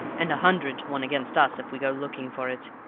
and a hundred to one against us if we go looking for it.